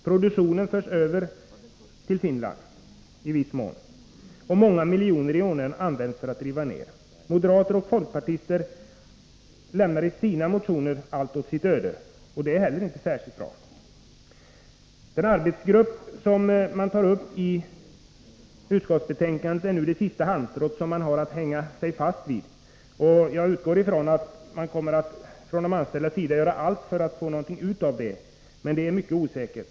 Produktionen förs i viss mån över till Finland, och många miljoner i onödan används för att riva ned. Moderater och folkpartister lämnar i sina motioner allt åt sitt öde. Det är heller inte särskilt bra. Den arbetsgrupp som man tar upp i utskottsbetänkandet är nu det sista halmstrå som man har att hänga sig fast vid. Jag utgår från att man från de anställdas sida kommer att göra allt för att få någonting ut av den, men det är mycket osäkert.